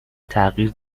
تغییر